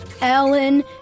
Ellen